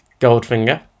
Goldfinger